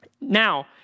Now